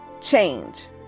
change